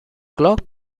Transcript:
clock